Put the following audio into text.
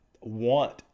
want